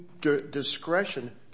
discretion